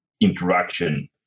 interaction